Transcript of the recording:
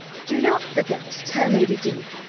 do not forget to tell lady d,